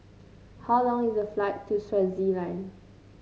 how long is the flight to Swaziland